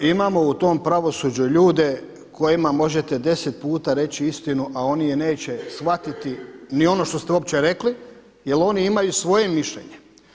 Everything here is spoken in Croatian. Imamo u tom pravosuđe ljude kojima možete deset puta reći istinu, a oni je neće shvatiti ni ono što ste uopće rekli jer oni imaju svoje mišljenje.